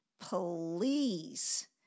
please